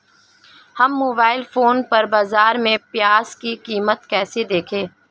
हम mobile phone पर बाज़ार में प्याज़ की कीमत कैसे देखें?